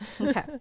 Okay